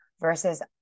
versus